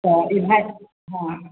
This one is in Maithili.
तऽ ई भाइके हँ